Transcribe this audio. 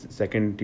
second